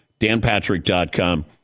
danpatrick.com